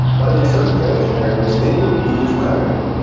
but in certain failure scenarios, they would lose revenue.